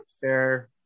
fair